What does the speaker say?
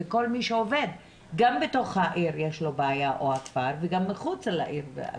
וכל מי שעובד גם בתוך העיר יש לו בעיה וגם מחוץ לעיר.